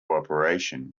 operation